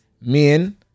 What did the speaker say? men